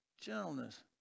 Gentleness